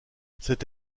cette